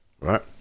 Right